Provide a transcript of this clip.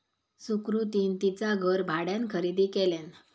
सुकृतीन तिचा घर भाड्यान खरेदी केल्यान